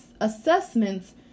assessments